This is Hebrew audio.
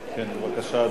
כן, בבקשה.